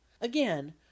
Again